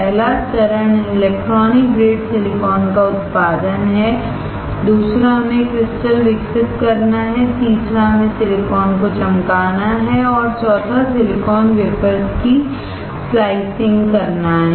पहला चरण electronic grade silicon का उत्पादन है दूसरा हमें क्रिस्टल विकसित करना है तीसरा हमें सिलिकॉन को चमकाना है और चौथा सिलिकॉन वेफर्स की स्लाइसिंग करना है